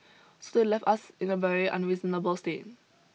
so they left us in a very unreasonable state